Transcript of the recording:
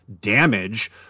damage